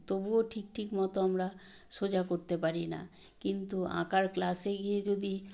তবুও ঠিক ঠিক মতো আমরা সোজা করতে পারি না কিন্তু আঁকার ক্লাসে গিয়ে যদি